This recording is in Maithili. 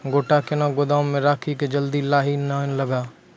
गोटा कैनो गोदाम मे रखी की जल्दी लाही नए लगा?